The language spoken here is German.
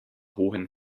hohen